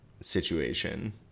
situation